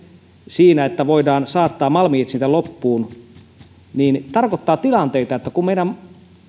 siinä että voidaan saattaa mal minetsintä loppuun tarkoittaa tilanteita kun meidän